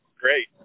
Great